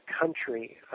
country